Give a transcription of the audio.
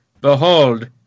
Behold